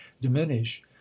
diminish